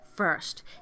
First